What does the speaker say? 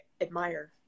admire